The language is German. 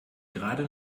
gerade